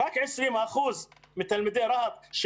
רק 20% מתלמידי רהט,